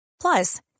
Plus